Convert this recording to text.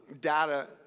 data